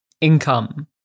income